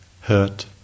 hurt